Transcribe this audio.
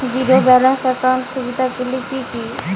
Zero balance একাউন্টের সুবিধা গুলি কি কি?